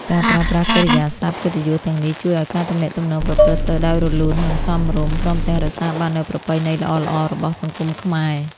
ការប្រើប្រាស់កិរិយាសព្ទកិត្តិយសទាំងនេះ ជួយឱ្យការទំនាក់ទំនងប្រព្រឹត្តទៅដោយរលូន និងសមរម្យ ព្រមទាំងរក្សាបាននូវប្រពៃណីល្អៗរបស់សង្គមខ្មែរ។